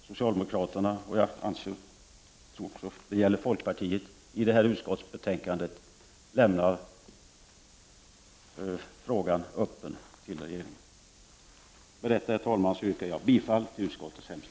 Socialdemokraterna och folkpartiet i utskottet lämnar frågan öppen till regeringen. Med detta yrkar jag bifall till utskottets hemställan.